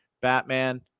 Batman